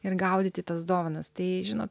ir gaudyti tas dovanas tai žino